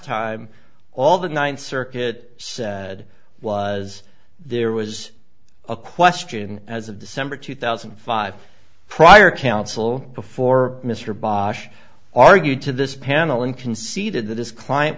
time all the ninth circuit said was there was a question as of december two thousand and five prior counsel before mr bosh argued to this panel and conceded that his client